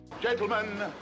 Gentlemen